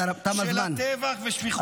תם הזמן.